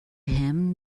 him